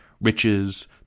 riches